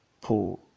pool